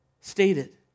stated